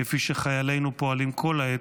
כפי שחיילינו פועלים כל העת,